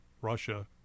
Russia